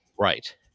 right